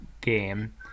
game